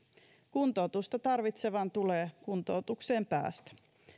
kuntoutusta tarvitsevan tulee kuntoutukseen päästä